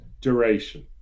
duration